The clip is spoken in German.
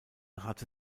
hatte